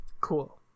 Cool